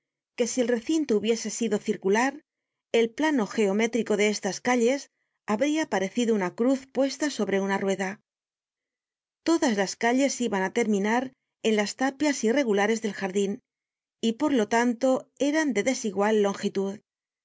que si el recinto hubiese sido circular el plano geométrico de estas calles habría parecido una cruz puesta sobre una rueda todas las calles iban á terminar en las tapias irregulares del jardin y por lo tanto eran de desigual longitud